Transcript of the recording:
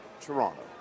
Toronto